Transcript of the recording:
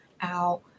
out